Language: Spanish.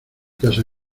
casa